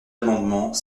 amendement